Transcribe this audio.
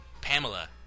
Pamela